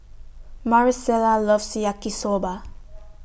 Maricela loves Yaki Soba